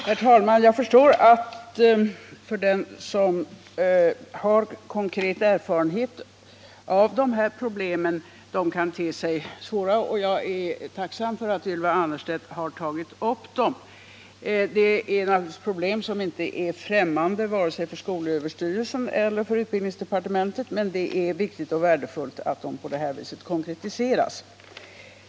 Herr talman! Jag förstår att för den som har konkret erfarenhet av de här problemen dessa kan te sig svåra, och jag är tacksam för att Ylva Annerstedt har tagit upp dem. Problemen är naturligtvis inte främmande för vare sig skolöverstyrelsen eller utbildningsdepartementet, men det är viktigt och värdefullt att de på detta vis konkretiseras.